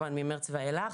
מחודש מרץ ואילך.